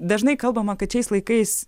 dažnai kalbama kad šiais laikais